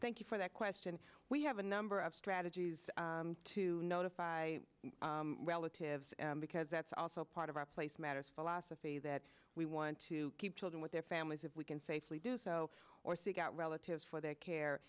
thank you for that question we have a number of strategies to notify relatives because that's also part of our place matters philosophy that we want to keep children with their families if we can safely do so or seek out relatives for their care